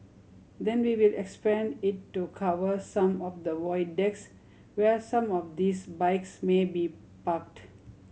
then we will expand it to cover some of the void decks where some of these bikes may be parked